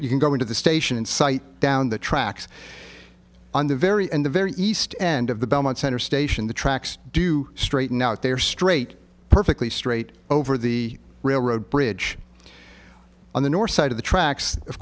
you can go into the station and site down the tracks on the very end the very east end of the belmont center station the tracks do straighten out they are straight perfectly straight over the railroad bridge on the north side of the tracks of